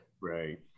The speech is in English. Right